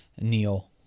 Neo